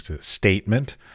statement